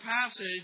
passage